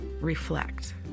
reflect